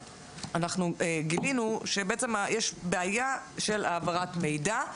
גילינו שיש בעיה של העברת מידע.